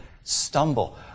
stumble